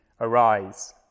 arise